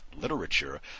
literature